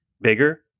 bigger